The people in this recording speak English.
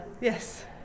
Yes